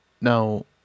Now